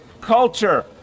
culture